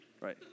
right